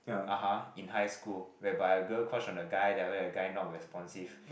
(uh huh) in high school whereby a girl crush on a guy then after that the guy not responsive